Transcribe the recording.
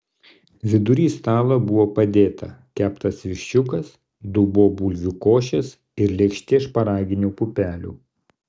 vidury stalo buvo padėta keptas viščiukas dubuo bulvių košės ir lėkštė šparaginių pupelių